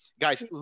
Guys